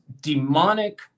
demonic